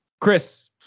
Chris